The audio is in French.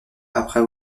après